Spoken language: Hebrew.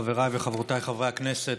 חבריי וחברותיי חברי הכנסת,